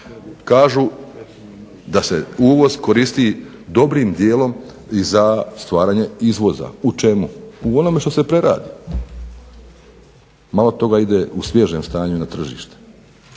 Kažu da se uvoz koristi dobrim dijelom i za stvaranje izvoza. U čemu? U onome što se preradi. Malo toga ide u svježem stanju na tržište